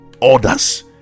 orders